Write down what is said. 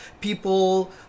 people